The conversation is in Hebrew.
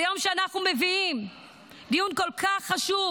ביום שאנחנו מביאים דיון כל כך חשוב